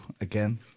again